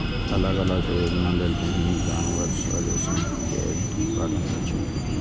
अलग अलग प्रयोजन लेल विभिन्न जानवर सं रेशम केर उत्पादन होइ छै